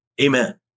amen